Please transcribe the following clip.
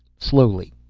slowly,